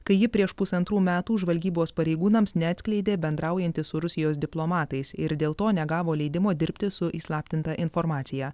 kai ji prieš pusantrų metų žvalgybos pareigūnams neatskleidė bendraujanti su rusijos diplomatais ir dėl to negavo leidimo dirbti su įslaptinta informacija